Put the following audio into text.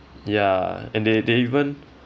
ya and they they even